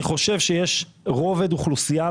אני חושב שיש רובד אוכלוסייה,